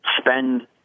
spend